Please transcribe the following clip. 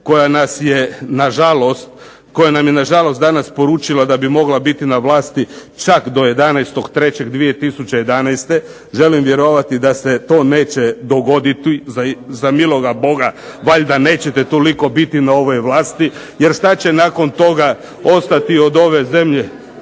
koja nam je na žalost danas poručila da bi mogla biti na vlasti čak do 11.3.2011. Želim vjerovati da se to neće dogoditi. Za miloga Boga, valjda nećete toliko biti na ovoj vlasti. Jer šta će nakon toga ostati od ove zemlje.